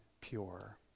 pure